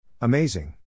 Amazing